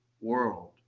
world